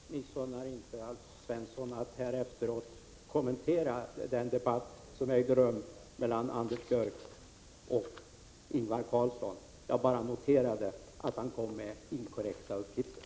Herr talman! Jag missunnar inte Alf Svensson att här efteråt kommentera den debatt som ägde rum mellan Anders Björck och Ingvar Carlsson. Jag bara noterade att Alf Svensson kom med inkorrekta uppgifter.